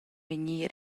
vegnir